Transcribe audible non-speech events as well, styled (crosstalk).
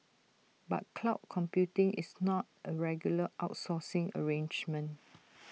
but cloud computing is not A regular outsourcing arrangement (noise)